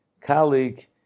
colleague